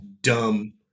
dumb